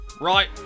Right